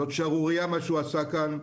זאת שערורייה מה שהוא עשה כאן.